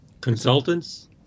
consultants